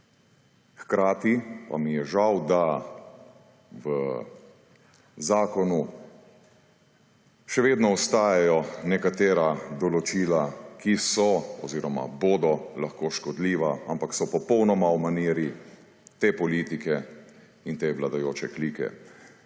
hkrati pa mi je žal, da v zakonu še vedno ostajajo nekatera določila, ki so oziroma bodo lahko škodljiva, ampak so popolnoma v maniri te politike in te vladajoče klike.